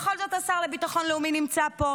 בכל זאת השר לביטחון לאומי נמצא פה,